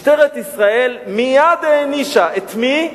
משטרת ישראל מייד הענישה, את מי?